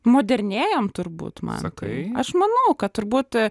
modernėjam turbūt matai aš manau kad turbūt